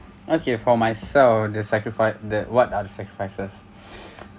okay for myself the sacrifi~ the what are the sacrifices